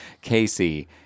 Casey